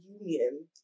union